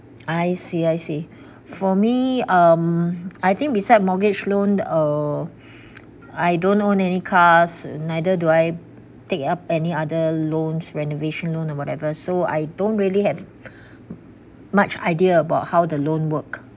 I see I see for me um I think besides mortgage loan uh I don't own any cars neither do I take up any other loans renovation loan or whatever so I don't really have much idea about how the loan work